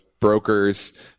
brokers